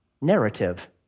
narrative